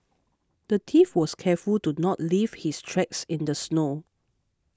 the thief was careful to not leave his tracks in the snow